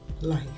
life